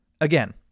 again